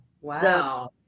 wow